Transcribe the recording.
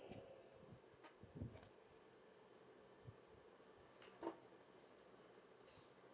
!wow! okay